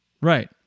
Right